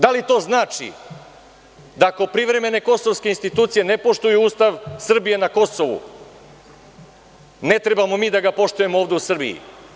Da li to znači da ako privremene kosovske institucije ne poštuju Ustav Srbije na Kosovu, ne trebamo mi da ga poštujemo ovde u Srbiji?